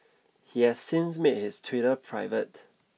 he has since made his Twitter private